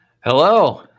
Hello